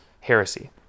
heresy